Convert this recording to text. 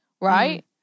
right